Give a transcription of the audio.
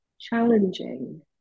challenging